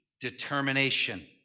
determination